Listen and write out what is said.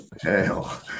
Hell